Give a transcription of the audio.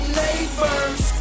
neighbors